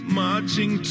marching